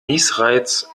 niesreiz